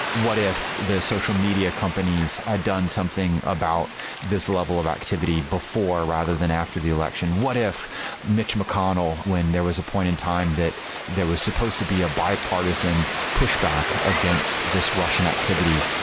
what if the social social media companies had done something about this level of activity before rather than after the election? what if mitch mcconnell when there was a point in time that there was supposed to be a bipartisan push back against this russian activity?